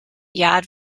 yad